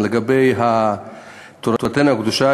לגבי תורתנו הקדושה,